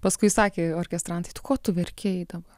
paskui sakė orkestrantai tu ko tu verki eidama